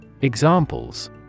Examples